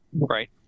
Right